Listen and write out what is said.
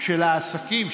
של העסקים,